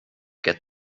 get